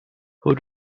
who